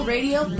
Radio